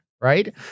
right